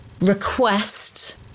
request